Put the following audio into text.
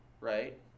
right